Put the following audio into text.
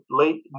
late